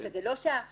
זה לא שהקודמת